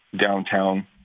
downtown